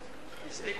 רק שתדע,